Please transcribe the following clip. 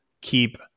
keep